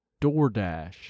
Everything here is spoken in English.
DoorDash